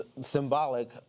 symbolic